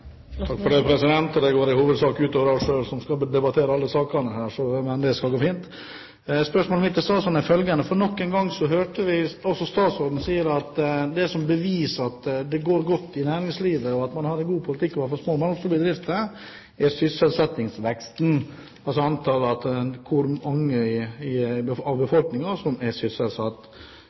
Takk for det. Det går i hovedsak ut over oss selv som skal debattere alle sakene her, men det skal gå fint. Spørsmålet mitt til statsråden er følgende: Nok en gang hørte vi statsråden si at det som beviser at det går godt i næringslivet, og at man har en god politikk for små og mellomstore bedrifter, er sysselsettingsveksten – altså hvor mange i befolkningen som er sysselsatt.